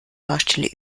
baustelle